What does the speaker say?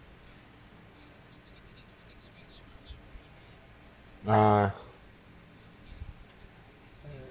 uh